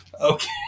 Okay